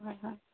হয় হয়